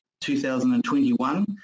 2021